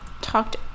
talked